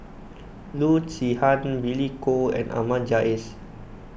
Loo Zihan Billy Koh and Ahmad Jais